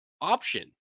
option